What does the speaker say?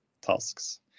tasks